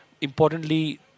importantly